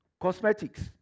cosmetics